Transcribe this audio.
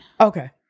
Okay